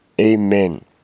Amen